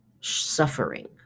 suffering